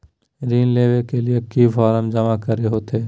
ऋण लेबे ले की की फॉर्म जमा करे होते?